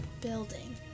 Building